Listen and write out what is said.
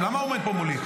למה הוא עומד פה מולי?